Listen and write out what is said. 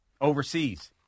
overseas